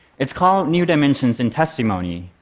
it's called new dimensions in testimony,